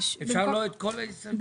אפשר לא את כל ההסתייגויות?